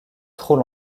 trop